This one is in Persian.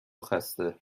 خسته